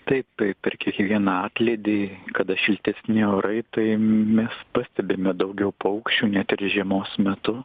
taip taip per kiekvieną atlydį kada šiltesni orai tai mes pastebime daugiau paukščių net ir žiemos metu